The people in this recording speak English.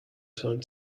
time